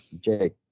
Jake